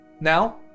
Now